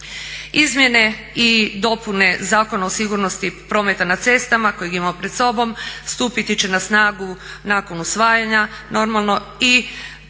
Izmjene i dopune Zakona o sigurnosti prometa na cestama kojeg imamo pred sobom stupiti će na snagu nakon usvajanja normalno,